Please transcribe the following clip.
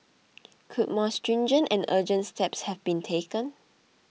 could more stringent and urgent steps have been taken